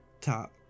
top